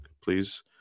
please